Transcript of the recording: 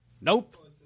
nope